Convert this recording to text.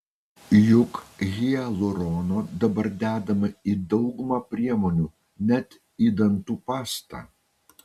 juk hialurono dabar dedama į daugumą priemonių net į dantų pastą